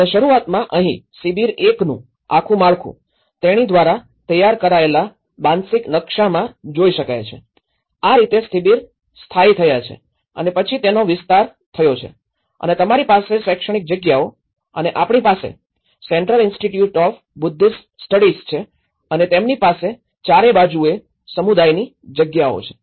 અને શરૂઆતમાં અહીં શિબિર ૧નું આખું માળખું તેણી દ્વારા તૈયાર કરાયેલા માનસિક નકશામાં જોઈ શકાય છે આ રીતે શિબિર સ્થાયી થયા છે અને પછી તેનો વિસ્તાર થયો છે અને તમારી પાસે શૈક્ષણિક જગ્યાઓ અને આપણી પાસે central institute of Buddhist studies છે અને તેમની પાસે ચારે બાજુએ સમુદાયની જગ્યાઓ છે